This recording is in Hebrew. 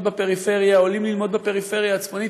בפריפריה ועולים ללמוד בפריפריה הצפונית,